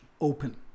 Open